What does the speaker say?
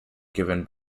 given